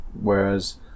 whereas